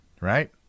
right